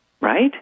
right